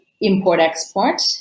import-export